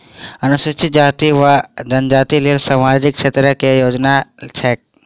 अनुसूचित जाति वा जनजाति लेल सामाजिक क्षेत्रक केँ योजना छैक?